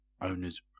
owner's